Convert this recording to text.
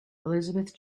elizabeth